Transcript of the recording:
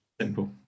Simple